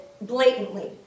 blatantly